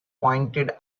pointed